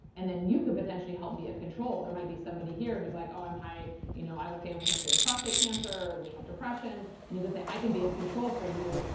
and then you could potentially help be a control. there might be somebody here who's like, oh, um you know i have a family history of prostate cancer, and we have depression. and you can say, i can be a control for you.